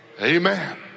Amen